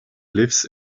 lives